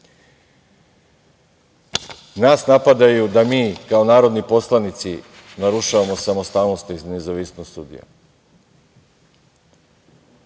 napadaju da mi narodni poslanici narušavamo samostalnost i nezavisnost sudija,